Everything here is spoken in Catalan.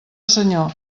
senyor